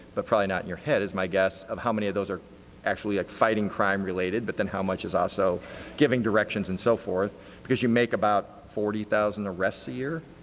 but probably not in your head is my guess of how many of those are actually fighting crime related but then how much is also giving directions and so forth because you make about forty thousand arrests a year?